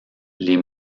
les